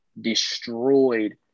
destroyed